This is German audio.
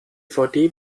dvd